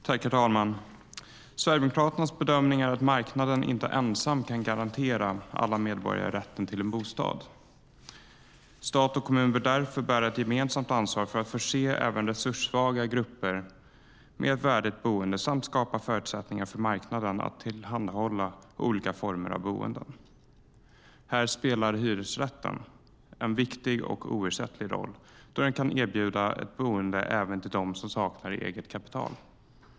Herr talman! Sverigedemokraternas bedömning är att marknaden inte ensam kan garantera alla medborgare rätten till en bostad. Stat och kommun bör därför bära ett gemensamt ansvar för att förse även resurssvaga grupper med ett värdigt boende samt skapa förutsättningar för marknaden att tillhandahålla olika former av boenden. Här spelar hyresrätten en viktig och oersättlig roll, då den kan erbjuda boende även till dem som saknar eget kapital.